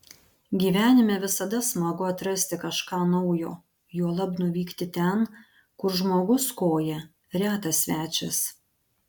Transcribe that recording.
gyvenime visada smagu atrasti kažką naujo juolab nuvykti ten kur žmogus koja retas svečias